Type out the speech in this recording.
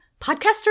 podcaster